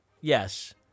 Yes